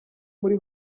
muri